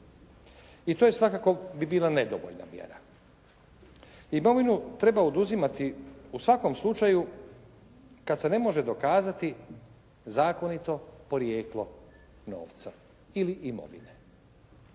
I to je svakako bi bila nedovoljna mjera. Imovinu treba oduzimati u svakom slučaju kada se ne može dokazati zakonito porijeklo novca ili i imovine.